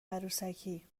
عروسکی